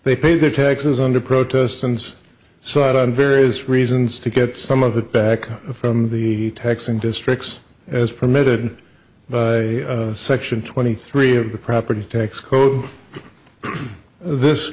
they paid their taxes under protest and so out on various reasons to get some of it back from the texan districts as permitted by section twenty three of the property tax code this